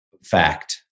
fact